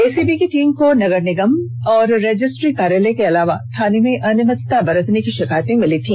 ACB की team को नगर निगम और रजिस्ट्री कार्यालय के अलावा थाने में अनियमितता बरतने की षिकायत मिली थी